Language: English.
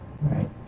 right